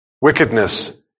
wickedness